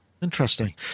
Interesting